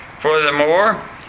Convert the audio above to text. Furthermore